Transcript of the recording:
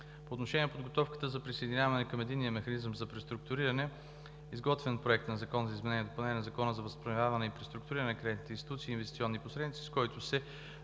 По отношение на подготовката за присъединяване към Единния механизъм за преструктуриране е изготвен Проект на закон за изменение и допълнение на Закона за възстановяване и преструктуриране на кредитни институции и инвестиционни посредници, с който се